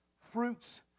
fruits